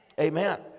Amen